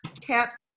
kept